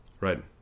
Right